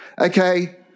okay